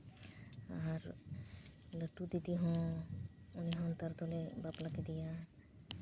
ᱟᱨ ᱞᱟᱹᱴᱩ ᱫᱤᱫᱤ ᱦᱚᱸ ᱩᱱᱤ ᱦᱚᱸ ᱱᱮᱛᱟᱨ ᱫᱚᱞᱮ ᱵᱟᱯᱞᱟ ᱠᱮᱫᱮᱭᱟ